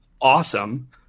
awesome